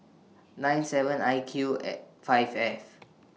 nine seven I Q five F